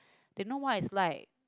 they know what is like